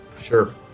sure